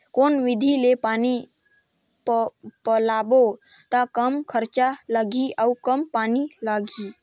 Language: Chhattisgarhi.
कौन विधि ले पानी पलोबो त कम खरचा लगही अउ कम पानी लगही?